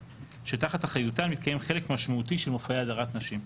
שתחת אחריותן מתקיים חלק משמעותי של מופעי הדרת נשים.